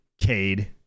Cade